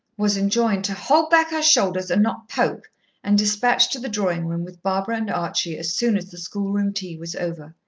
was enjoined to hold back her shoulders and not poke and dispatched to the drawing-room with barbara and archie as soon as the schoolroom tea was over.